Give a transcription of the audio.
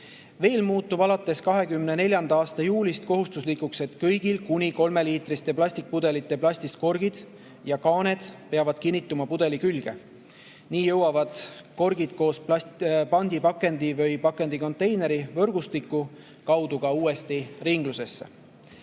Veel muutub alates 2024. aasta juulist kohustuslikuks, et kõigi kuni kolmeliitriste plastikpudelite plastist korgid või kaaned peavad kinnituma pudeli külge. Nii jõuavad korgid koos pandipakendi või pakendikonteineri võrgustiku kaudu uuesti ringlusesse.